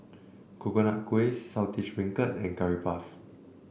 Coconut Kuih Saltish Beancurd and Curry Puff